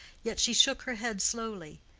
yet she shook her head slowly.